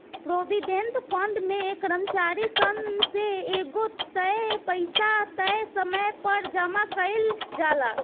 provident fund में कर्मचारी सन से एगो तय पइसा तय समय पर जामा कईल जाला